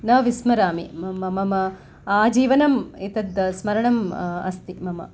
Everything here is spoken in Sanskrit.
न विस्मरामि मम् मम आजीवनं एतद् स्मरणं अस्ति मम